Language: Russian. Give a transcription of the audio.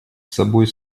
собой